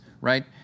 right